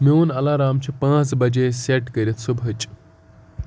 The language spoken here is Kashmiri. میون الارام چھُ پانٛژھ بجے سیٹ کٔرِتھ صُبحچہِ